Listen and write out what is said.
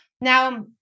Now